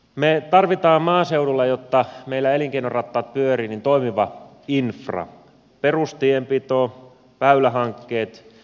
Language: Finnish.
me tarvitsemme maaseudulla jotta meillä elinkeinorattaat pyörivät toimivaa infraa perustienpitoa väylähankkeita